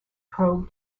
probe